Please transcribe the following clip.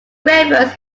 rivers